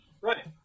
Right